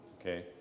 Okay